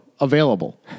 available